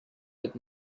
with